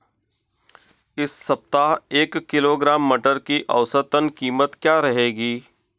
इस सप्ताह एक किलोग्राम मटर की औसतन कीमत क्या रहेगी?